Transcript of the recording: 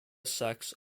sacs